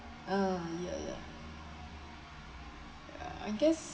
uh ya ya I guess